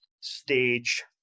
stage